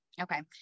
Okay